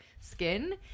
skin